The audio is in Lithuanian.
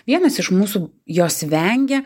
vienas iš mūsų jos vengia